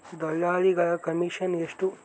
ದಲ್ಲಾಳಿಗಳ ಕಮಿಷನ್ ಎಷ್ಟು?